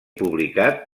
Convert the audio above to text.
publicat